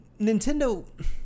Nintendo